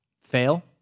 Fail